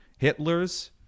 Hitler's